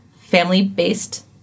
family-based